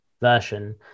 version